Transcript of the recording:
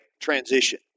transition